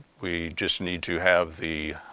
we just need to have the